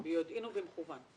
ביודעין ובמכוון.